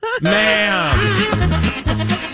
ma'am